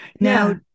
now